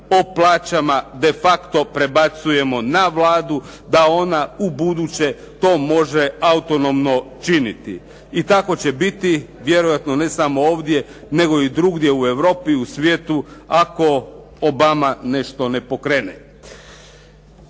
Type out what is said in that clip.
po plaćama de facto prebacujemo na Vladu da ona ubuduće to može autonomno činiti. I tako će biti vjerojatno ne samo ovdje, nego i drugdje u Europi i u svijetu ako Obama nešto ne pokrene.